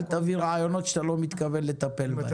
אל תביא רעיונות שאתה לא מתכוון לטפל בהם.